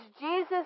Jesus